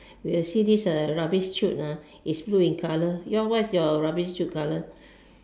you will see this uh rubbish chute ah is blue in colour your what is your rubbish chute colour